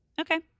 okay